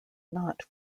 not